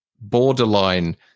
borderline